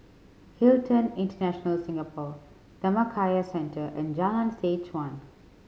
Hilton International Singapore Dhammakaya Centre and Jalan Seh Chuan